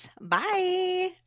Bye